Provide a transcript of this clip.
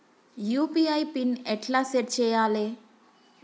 UPI PIN ఎట్లా set చేయాలే?